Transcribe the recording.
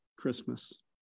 christmas